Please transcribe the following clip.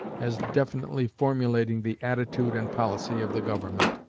as definitely formulating the attitude and policy of the government.